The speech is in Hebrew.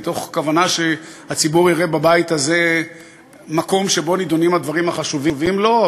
מתוך כוונה שהציבור יראה בבית הזה מקום שבו נדונים הדברים החשובים לו.